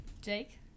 Jake